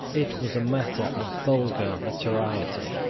it was matter of vulgar notoriety,